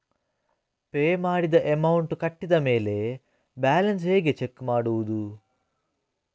Pay ಮಾಡಿದ amount ಕಟ್ಟಿದ ಮೇಲೆ ಬ್ಯಾಲೆನ್ಸ್ ಹೇಗೆ ಚೆಕ್ ಮಾಡುವುದು?